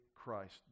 Christ